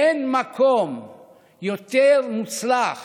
אין מקום יותר מוצלח